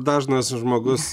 dažnas žmogus